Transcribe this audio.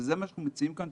וזה מה שאנחנו מציעים כאן,